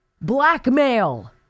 Blackmail